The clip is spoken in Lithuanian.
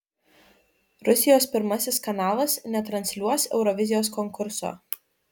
rusijos pirmasis kanalas netransliuos eurovizijos konkurso